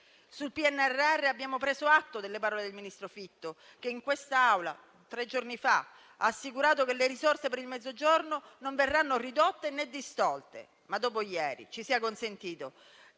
Sul PNRR abbiamo preso atto delle parole del ministro Fitto che in quest'Aula tre giorni fa ha assicurato che le risorse per il Mezzogiorno non verranno ridotte né distolte. Ma, dopo ieri, ci sia consentito